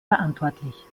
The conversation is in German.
verantwortlich